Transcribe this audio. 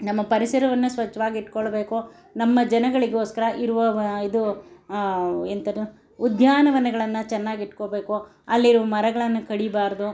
ನಮ್ಮ ಪರಿಸರವನ್ನು ಸ್ವಚ್ಛವಾಗಿಟ್ಕೊಳ್ಬೇಕು ನಮ್ಮ ಜನಗಳಿಗೋಸ್ಕರ ಇರುವ ಇದು ಎಂಥದು ಉದ್ಯಾನವನಗಳನ್ನು ಚೆನ್ನಾಗಿಟ್ಕೋಬೇಕು ಅಲ್ಲಿರುವ ಮರಗಳನ್ನು ಕಡಿಬಾರ್ದು